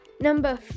Number